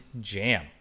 jam